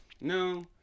No